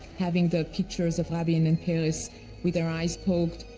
having the pictures of rabin and peres with their eyes poked.